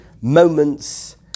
moments